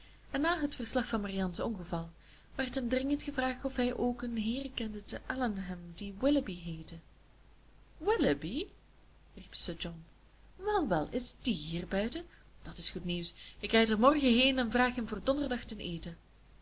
en na het verslag van marianne's ongeval werd hem dringend gevraagd of hij ook een heer kende te allenham die willoughby heette willoughby riep sir john wel wel is die hier buiten dat is goed nieuws ik rijd er morgen heen en vraag hem voor donderdag ten eten